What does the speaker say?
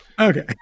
okay